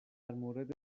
مورد